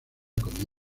como